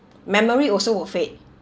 memory also will fade